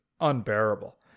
unbearable